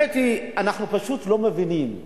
אנחנו פשוט לא מבינים.